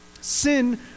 Sin